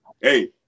hey